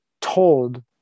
told